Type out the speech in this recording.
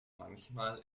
manchmal